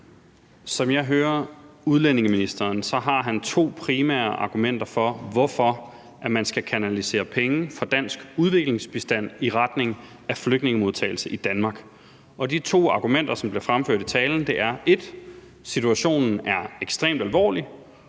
Som jeg hører udlændingeministeren, så har han to primære argumenter for, hvorfor man skal kanalisere penge fra dansk udviklingsbistand i retning af flygtningemodtagelse i Danmark. Og de to argumenter, som blev fremført i talen, er punkt 1, at situationen er ekstremt alvorlig,